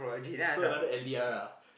so another L_D_R ah